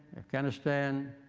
afghanistan,